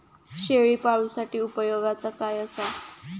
शेळीपाळूसाठी उपयोगाचा काय असा?